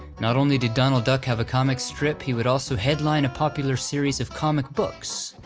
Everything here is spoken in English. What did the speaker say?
not only did donald duck have a comic strip, he would also headline a popular series of comic books.